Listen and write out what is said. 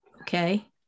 okay